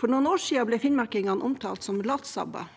For noen år siden ble finnmarkingene omtalt som latsabber